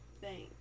Thanks